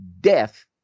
death